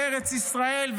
בארץ ישראל,